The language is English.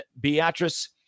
Beatrice